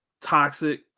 toxic